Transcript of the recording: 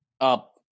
up